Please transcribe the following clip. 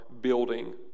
building